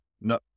no